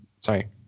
sorry